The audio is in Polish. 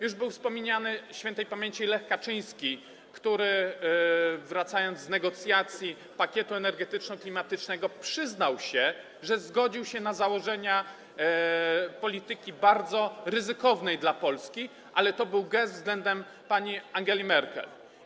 Już był wspominany śp. Lech Kaczyński, który wracając z negocjacji pakietu energetyczno-klimatycznego, przyznał się, że zgodził się na założenia polityki bardzo ryzykownej dla Polski, ale to był gest względem pani Angeli Merkel.